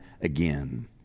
again